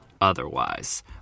Otherwise